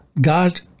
God